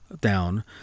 down